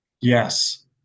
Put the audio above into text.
Yes